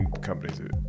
companies